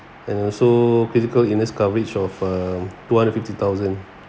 and also critical illness coverage of um two hundred fifty thousand